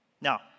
Now